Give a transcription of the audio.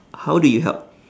how do you help